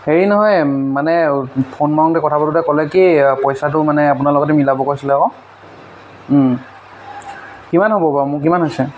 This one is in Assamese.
হেৰি নহয় মানে ফোন মাৰোঁতে কথা পাতোঁতে ক'লে কি পইচাটো মানে আপোনাৰ লগতে মিলাব কৈছিলে আৰু কিমান হ'ব বাৰু মোৰ কিমান হৈছে